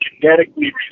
genetically